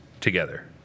together